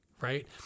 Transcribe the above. right